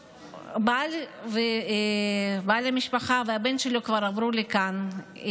אבי המשפחה והבן שלו כבר עברו לכאן,